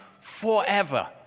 forever